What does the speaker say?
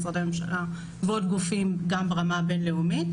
משרדי הממשלה ועוד גופים גם ברמה הבין-לאומית,